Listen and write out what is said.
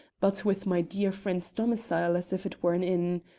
but with my dear friend's domicile as if it were an inn.